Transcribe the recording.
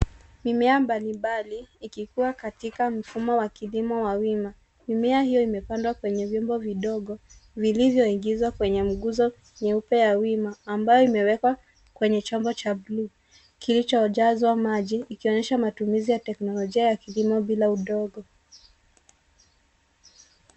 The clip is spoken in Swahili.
Mimea mbalimbali ikikua katika mfumo wa kilimo wa wima. Mimea hiyo imepandwa kwenye vyombo vidogo vilivyoingizwa kwenye nguzo nyeupe ya wima ambayo imewekwa kwenye chombo cha buluu kilichojazwa maji ikionyesha matumizi ya teknolojia ya kilimo bila udongo.